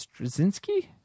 Straczynski